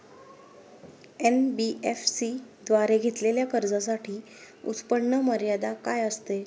NBFC द्वारे घेतलेल्या कर्जासाठी उत्पन्न मर्यादा काय असते?